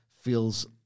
feels